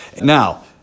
Now